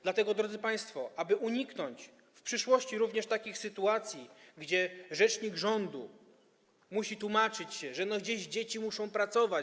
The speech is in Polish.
Dlatego, drodzy państwo, aby uniknąć w przyszłości również takich sytuacji, że rzecznik rządu musi tłumaczyć się, że gdzieś dzieci muszą pracować.